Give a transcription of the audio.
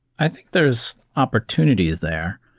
i think there's opportunity there.